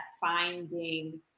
finding